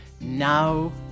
now